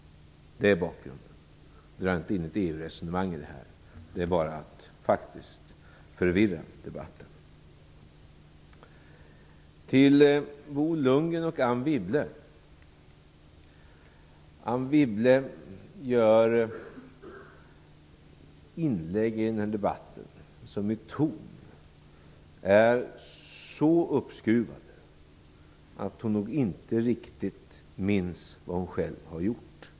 Detta är bakgrunden. Dra inte in ett EU-resonemang i detta. Det är bara att förvirra debatten. Till Anne Wibble: Anne Wibble gör inlägg i debatten som i tonen är så uppskruvade att hon nog inte riktigt minns vad hon själv har gjort.